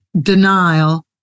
denial